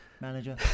manager